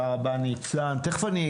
אנחנו כן נערוך